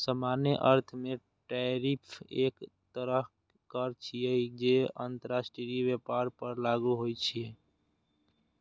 सामान्य अर्थ मे टैरिफ एक तरहक कर छियै, जे अंतरराष्ट्रीय व्यापार पर लागू होइ छै